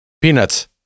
Peanuts